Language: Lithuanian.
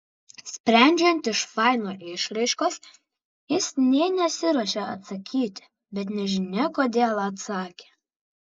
sprendžiant iš faino išraiškos jis nė nesiruošė atsakyti bet nežinia kodėl atsakė